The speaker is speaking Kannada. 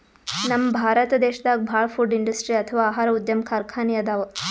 ನಮ್ ಭಾರತ್ ದೇಶದಾಗ ಭಾಳ್ ಫುಡ್ ಇಂಡಸ್ಟ್ರಿ ಅಥವಾ ಆಹಾರ ಉದ್ಯಮ್ ಕಾರ್ಖಾನಿ ಅದಾವ